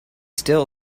still